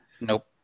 Nope